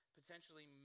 potentially